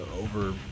over